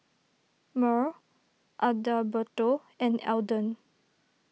Myrl Adalberto and Alden